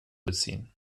beziehen